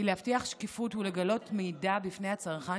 היא להבטיח שקיפות ולגלות מידע בפני צרכן